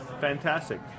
Fantastic